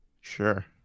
Sure